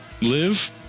live